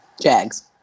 Jags